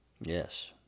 Yes